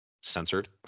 censored